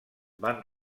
van